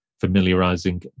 familiarizing